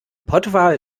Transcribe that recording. pottwal